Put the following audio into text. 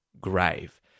grave